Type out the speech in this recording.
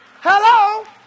Hello